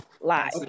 live